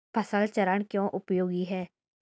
फसल चरण क्यों उपयोगी है?